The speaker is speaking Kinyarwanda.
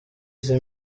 izi